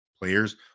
players